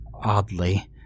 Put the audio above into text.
oddly